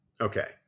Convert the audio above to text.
Okay